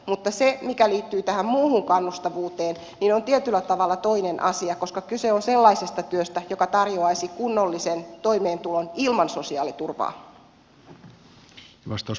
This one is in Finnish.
mutta se mikä liittyy tähän muuhun kannustavuuteen on tietyllä tavalla toinen asia koska kyse on sellaisesta työstä joka tarjoaisi kunnollisen toimeentulon ilman sosiaaliturvaa